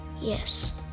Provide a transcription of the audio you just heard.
Yes